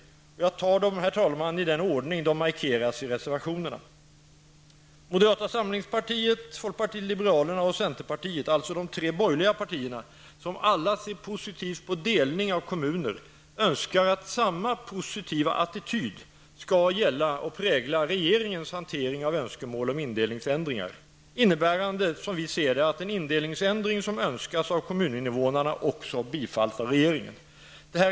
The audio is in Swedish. Jag tar dem i den ordning de markeras i reservationerna. De tre borgerliga partierna -- moderaterna, folkpartiet och centerpartiet -- som alla ser positivt på delning av kommuner, önskar att samma positiva attityd skall prägla regeringens hantering av önskemål om indelningsändring, innebärande att en indelningsändring som önskas av kommuninvånarna också bifalls av regeringen.